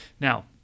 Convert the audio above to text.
Now